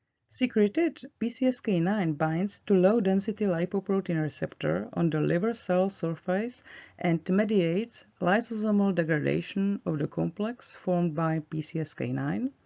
secreted p c s k nine binds to low-density lipoprotein receptor on the liver cell surface and mediates lysosomal degradation of the complex formed by p c s k nine,